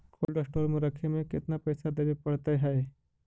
Cold store में रखे में केतना पैसा देवे पड़तै है?